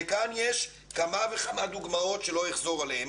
וכאן יש כמה וכמה דוגמאות, שלא אחזור עליהן.